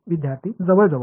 विद्यार्थी जवळजवळ